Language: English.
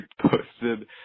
posted